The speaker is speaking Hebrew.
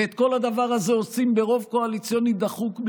ואת כל הדבר הזה עושים ברוב קואליציוני דחוק,